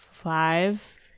five